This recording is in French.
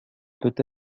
peut